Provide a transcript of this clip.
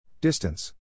Distance